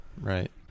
Right